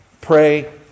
Pray